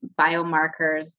biomarkers